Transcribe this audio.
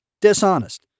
dishonest